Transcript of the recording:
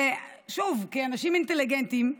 ושוב, כאנשים אינטליגנטים,